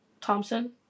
Thompson